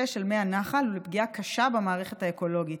של מי הנחל ולפגיעה קשה במערכת האקולוגית.